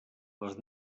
les